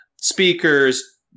speakers